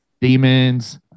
demons